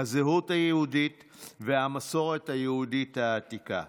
הזהות היהודית והמסורת היהודית העתיקה.